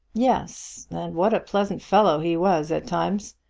yes and what a pleasant fellow he was at times!